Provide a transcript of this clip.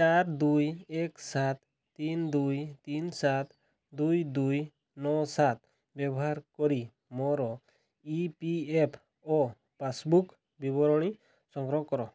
ଚାରି ଦୁଇ ଏକ ସାତ ତିନି ଦୁଇ ତିନି ସାତ ଦୁଇ ଦୁଇ ନଅ ସାତ ବ୍ୟବହାର କରି ମୋର E P F O passbook ବିବରଣୀ ସଂଗ୍ରହ କର